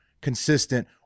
consistent